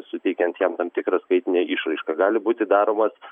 suteikiant jam tam tikrą skaitinę išraišką gali būti daromas